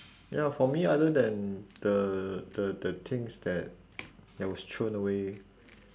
ya for me other than the the the things that that was thrown away